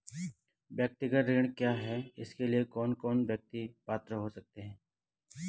व्यक्तिगत ऋण क्या है इसके लिए कौन कौन व्यक्ति पात्र हो सकते हैं?